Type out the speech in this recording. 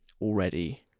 already